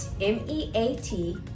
M-E-A-T